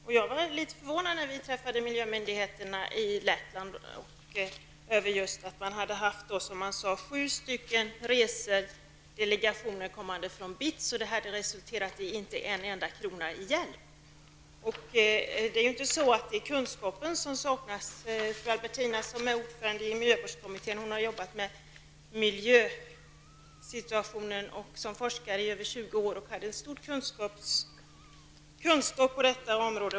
När vi träffade representanter för miljömyndigheterna i Lettland blev jag litet förvånad över att höra att man där hade haft sju stycken delegationer från BITS och att det inte hade resulterat i en enda krona i hjälp. Det är ju inte så att kunskaper saknas. Ordföranden i miljövårdskommittén, fru Albertina, har som forskare jobbat med miljösituationen i över 20 år, och hon har en stor kunskap på detta område.